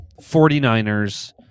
49ers